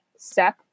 step